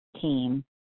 team